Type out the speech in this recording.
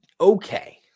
okay